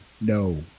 No